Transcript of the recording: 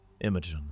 Imogen